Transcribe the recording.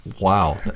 Wow